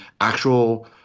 actual